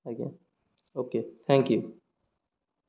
ଆଜ୍ଞା okay thank you